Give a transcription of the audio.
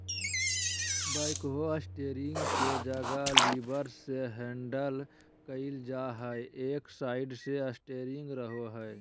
backhoe steering के जगह levers से हैंडल कइल जा हइ, एक साइड ले स्टेयरिंग रहो हइ